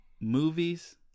movies